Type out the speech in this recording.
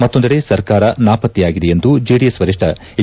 ಮತ್ತೊಂದೆಡೆ ಸರ್ಕಾರ ನಾಪತ್ತೆಯಾಗಿದೆ ಎಂದು ಜೆಡಿಎಸ್ ವರಿಷ್ಠ ಎಚ್